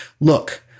look